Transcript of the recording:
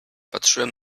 patrzyłem